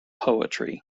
poetry